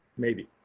maybe?